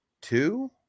two